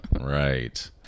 Right